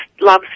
loves